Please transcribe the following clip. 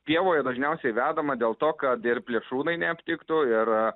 pievoje dažniausiai vedama dėl to kad ir plėšrūnai neaptiktų ir